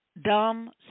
dumb